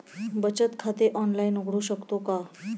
बचत खाते ऑनलाइन उघडू शकतो का?